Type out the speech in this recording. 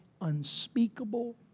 unspeakable